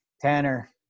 Tanner